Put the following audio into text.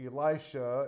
Elisha